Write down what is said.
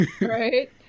Right